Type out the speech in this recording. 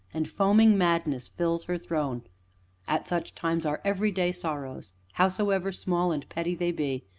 and foaming madness fills her throne at such times our everyday sorrows, howsoever small and petty they be,